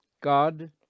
God